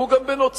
פגעו גם בנוצרים.